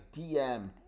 DM